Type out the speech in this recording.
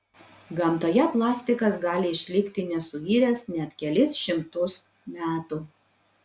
gamtoje plastikas gali išlikti nesuiręs net kelis šimtus metų